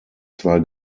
zwar